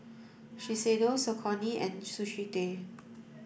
Shiseido Saucony and Sushi Tei